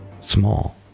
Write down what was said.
small